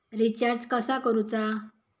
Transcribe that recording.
Recharge कसा करूचा?